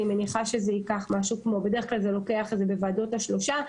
זה בוועדות השלושה,